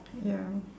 ya